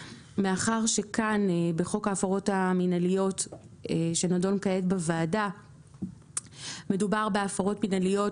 מאחר שכאן בחוק ההפרות המינהליות שנדון כעת בוועדה מדובר בהפרות מינהליות